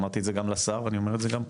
אמרתי את זה גם לשר ואני אומר את זה גם פה,